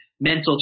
mental